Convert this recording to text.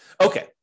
Okay